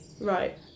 Right